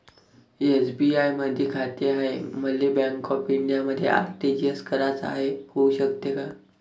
SBI मधी खाते हाय, मले बँक ऑफ इंडियामध्ये आर.टी.जी.एस कराच हाय, होऊ शकते का?